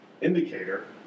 indicator